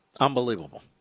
Unbelievable